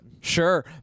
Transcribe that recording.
Sure